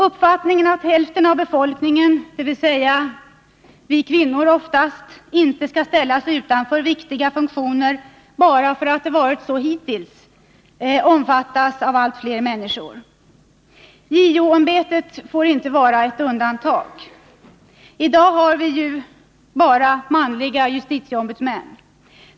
Uppfattningen att hälften av befolkningen, dvs. vi kvinnor, oftast inte skall ställas utanför viktiga funktioner — bara för att det har varit så hittills — omfattas av allt fler människor. JO-ämbetet får inte vara ett undantag. I dag har vi bara manliga justitieombudsmän.